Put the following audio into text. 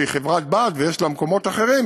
שהיא חברת-בת ויש לה מקומות אחרים,